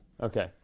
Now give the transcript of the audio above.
Okay